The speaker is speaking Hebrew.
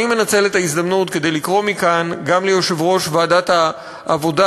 אני מנצל את ההזדמנות כדי לקרוא מכאן גם ליושב-ראש ועדת העבודה,